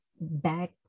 back